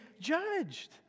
judged